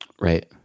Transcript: Right